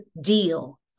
deal